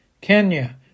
Kenya